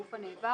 הגוף הנעבר),